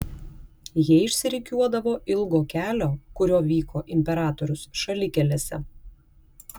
jie išsirikiuodavo ilgo kelio kuriuo vyko imperatorius šalikelėse